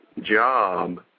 job